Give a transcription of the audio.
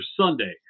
Sunday